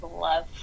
love